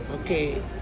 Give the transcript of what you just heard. Okay